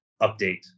update